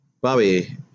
Bobby